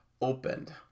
opened